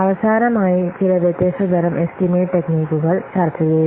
അവസാനമായി ചില വ്യത്യസ്ത തരം എസ്റ്റിമേറ്റ് ടെക്നിക്കുകൾ ചർച്ച ചെയ്തു